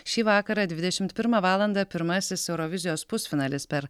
šį vakarą dvidešimt pirmą valandą pirmasis eurovizijos pusfinalis per